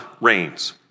reigns